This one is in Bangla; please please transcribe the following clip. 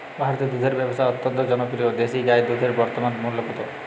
ভারতে দুধের ব্যাবসা অত্যন্ত জনপ্রিয় দেশি গাই দুধের বর্তমান মূল্য কত?